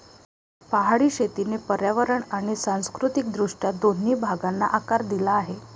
पहाडी शेतीने पर्यावरण आणि सांस्कृतिक दृष्ट्या दोन्ही भागांना आकार दिला आहे